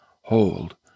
hold